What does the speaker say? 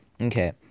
Okay